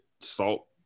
salt